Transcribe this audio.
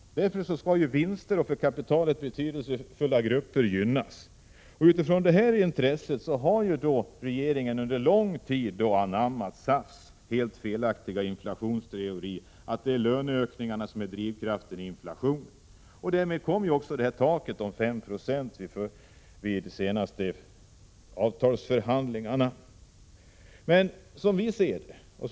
Därför skall vinsterna till för kapitalet betydelsefulla grupper gynnas. Utifrån detta intresse har regeringen under lång tid anammat SAF:s helt felaktiga inflationsteori, att det är löneökningarna som är drivkraften för inflationen. Av det skälet satte man också under de senaste avtalsförhandlingarna taket för inflationen till 5 96.